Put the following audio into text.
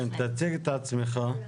כן, תציג את עצמך.